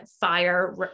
fire